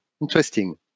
Interesting